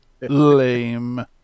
Lame